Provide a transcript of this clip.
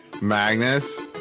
Magnus